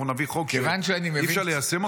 אנחנו נביא חוק שאי-אפשר ליישם אותו?